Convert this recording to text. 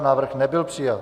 Návrh nebyl přijat.